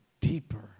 deeper